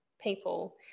people